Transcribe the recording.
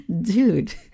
dude